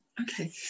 Okay